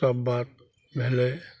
तब बात भेलय